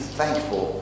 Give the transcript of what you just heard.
thankful